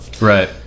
Right